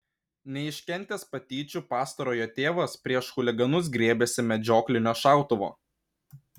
neiškentęs patyčių pastarojo tėvas prieš chuliganus griebėsi medžioklinio šautuvo